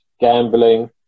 gambling